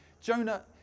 Jonah